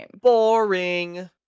Boring